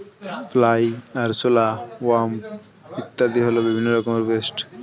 fly, আরশোলা, wasp ইত্যাদি হল বিভিন্ন রকমের পেস্ট